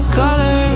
color